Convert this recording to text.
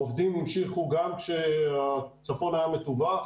העובדים המשיכו גם כשהצפון היה מטווח